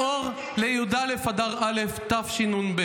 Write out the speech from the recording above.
-- אור לי"א אדר א' תשנ"ב